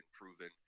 proven